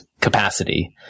capacity